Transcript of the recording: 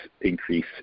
increase